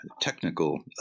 technical